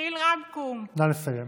דחיל רבכום, נא לסיים.